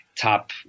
top